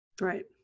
Right